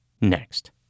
next